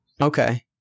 Okay